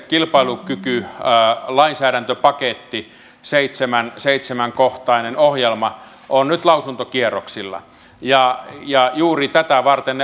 kilpailukykylainsäädäntöpaketti seitsemänkohtainen ohjelma on nyt lausuntokierroksella ja ja juuri tätä varten